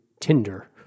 Tinder